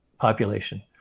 population